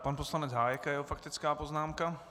Pan poslanec Hájek a jeho faktická poznámka.